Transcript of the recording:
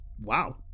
wow